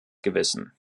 gewissen